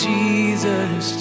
Jesus